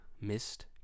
Missed